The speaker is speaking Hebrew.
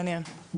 מעניין,